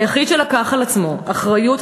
היחיד שלקח על עצמו אחריות,